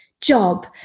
job